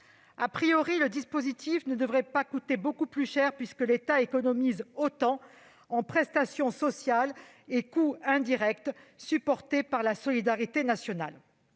l'emploi., le dispositif ne devrait pas coûter très cher, puisque l'État économise autant en prestations sociales et en coûts indirects supportés par la solidarité nationale.